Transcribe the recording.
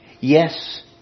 Yes